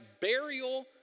burial